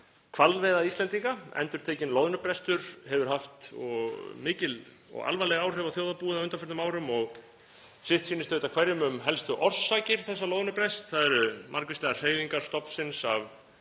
hvalveiða Íslendinga. Endurtekinn loðnubrestur hefur haft mikil og alvarleg áhrif á þjóðarbúið á undanförnum árum og sitt sýnist hverjum um helstu orsakir þessa loðnubrests. Það eru margvíslegar hreyfingar stofnsins af